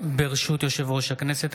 ברשות יושב-ראש הכנסת,